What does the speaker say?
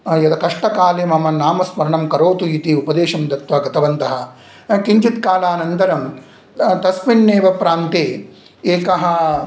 यद् कष्टकाले मम नाम स्मरणं करोतु इति उपदेशं दत्वा गतवन्तः किञ्चित्कालानन्तरं तस्मिन्नेव प्रान्ते एकः